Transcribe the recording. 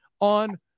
on